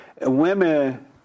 Women